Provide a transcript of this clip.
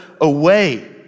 away